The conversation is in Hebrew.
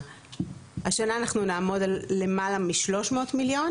השנה אנחנו נעמוד על למעלה מ-300 מיליון.